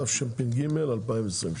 התשפ"ג-2023,